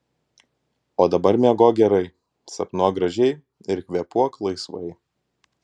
o dabar miegok gerai sapnuok gražiai ir kvėpuok laisvai